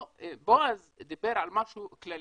בועז דיבר על משהו כללי.